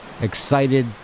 excited